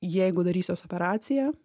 jeigu darysiuos operaciją